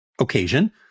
occasion